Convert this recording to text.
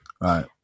right